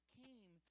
came